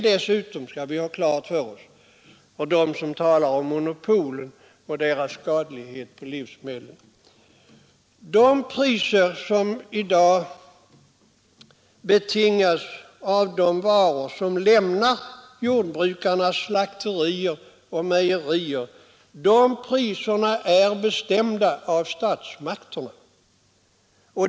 De som talar om monopol och dess skadliga inverkan på livsmedelspriserna skall ha klart för sig att priserna på de varor som lämnar jordbrukarnas slakterier och mejerier är bestämda av statsmakterna.